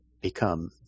become